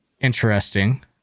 interesting